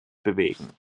bewegen